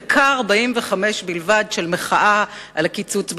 דקה ו-45 שניות בלבד של מחאה על הקיצוץ בקצבאות.